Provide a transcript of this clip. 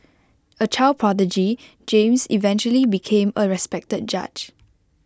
A child prodigy James eventually became A respected judge